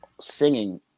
singing